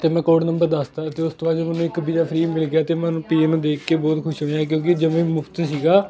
ਅਤੇ ਮੈਂ code number ਦੱਸ ਤਾ ਅਤੇ ਉਸ ਤੋਂ ਬਾਅਦ 'ਚ ਉਹਨਾਂ ਨੇ ਮੈਨੂੰ ਇੱਕ ਪੀਜ਼ਾ ਫਰੀ ਮਿਲ ਗਿਆ ਅਤੇ ਮੈਨੂੰ ਪੀਜ਼ੇ ਨੂੰ ਦੇਖ ਕੇ ਬਹੁਤ ਖੁਸ਼ ਹੋਇਆ ਕਿਉਂਕਿ ਉਹ ਜਮਾ ਹੀ ਮੁਫ਼ਤ ਸੀਗਾ